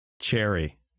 cherry